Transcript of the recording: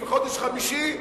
וחודש חמישי,